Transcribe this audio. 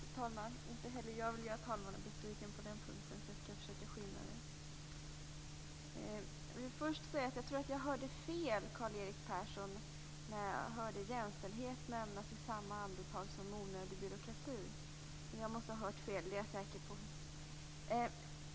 Fru talman! Inte heller jag vill göra talmannen besviken när det gäller att uppehålla kammaren. Jag skall alltså försöka skynda mig. Jag tror att jag hörde fel när jag hörde Karl-Erik Persson nämna jämställdheten. I samma andetag nämnde han den onödiga byråkratin. Jag måste, som sagt, ha hört fel; det är jag säker på.